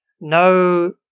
no